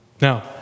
Now